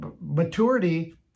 maturity